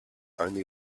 only